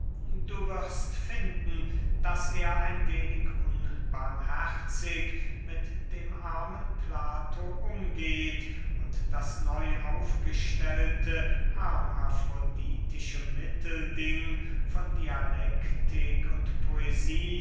du wirst finden daß er ein wenig unbarmherzig mit dem armen plato umgeht und das neu ausgestellte hermafroditische mittelding von dialektik und poesie